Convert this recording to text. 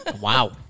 Wow